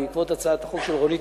בעקבות הצעת החוק של חברת